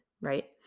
right